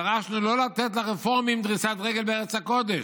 דרשנו לא לתת לרפורמים דריסת רגל בארץ הקודש"